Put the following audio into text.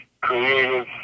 creative